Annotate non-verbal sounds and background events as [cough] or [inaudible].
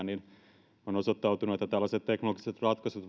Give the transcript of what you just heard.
[unintelligible] niin [unintelligible] on osoittautunut että tällaiset teknologiset ratkaisut [unintelligible]